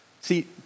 See